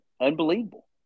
unbelievable